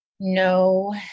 No